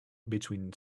between